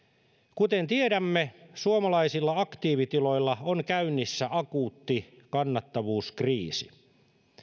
kuten tiedämme suomalaisilla aktiivitiloilla on käynnissä akuutti kannattavuuskriisi